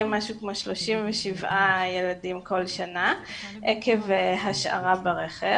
משהו כמו 37 ילדים כל שנה עקב השארה ברכב.